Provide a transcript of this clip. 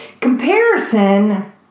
Comparison